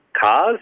cars